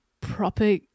proper